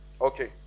Okay